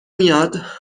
میاد